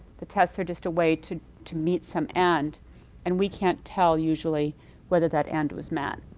the tests are just a way to to meet some end and we can't tell usually whether that end was met.